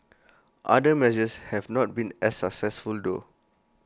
other measures have not been as successful though